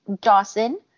dawson